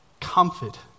Comfort